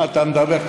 מה אתה מדבר,